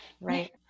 Right